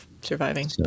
surviving